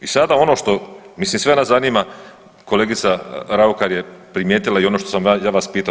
I sada ono što, mislim sve nas zanima kolegica Raukar je primijetila i ono što sam ja vas pitao.